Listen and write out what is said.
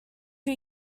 two